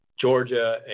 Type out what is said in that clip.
Georgia